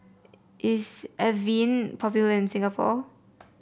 is Avene popular in Singapore